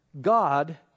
God